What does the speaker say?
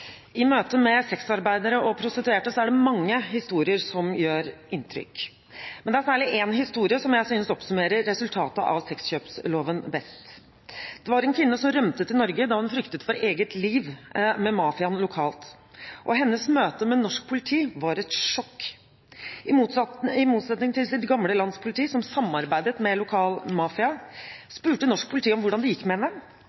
I møte med sexarbeidere og prostituerte er det mange historier som gjør inntrykk. Det er særlig én historie som jeg synes oppsummerer resultatet av sexkjøpsloven best. Det var en kvinne som rømte til Norge da hun fryktet for eget liv fra mafiaen lokalt. Hennes møte med norsk politi var et sjokk. I motsetning til hennes gamle lands politi, som samarbeidet med lokal mafia, spurte norsk politi hvordan det gikk med